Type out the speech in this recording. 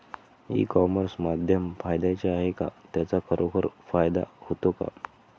E commerce माध्यम फायद्याचे आहे का? त्याचा खरोखर फायदा होतो का?